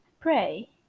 Pray